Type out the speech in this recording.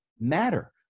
matter